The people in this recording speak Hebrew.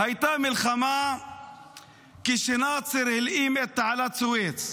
הייתה מלחמה כשנאצר הלאים את תעלת סואץ.